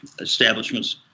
establishments